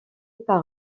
par